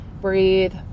breathe